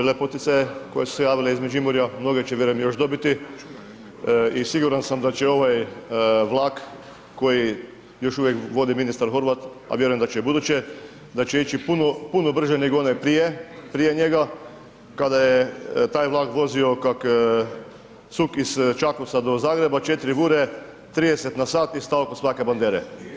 dobile poticaje koje su se javile iz Međimurja, mnoge će, vjerujem, još dobiti i siguran sam da će ovaj vlak koji još uvijek vodi ministar Horvat, a vjerujem da će i ubuduće da će ići puno brže nego onaj prije njega kada je taj vlak vozio kak cug iz Čakovca do Zagreba, 4 vure, 30 na sat i stal kod svake bandere.